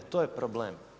To je problem.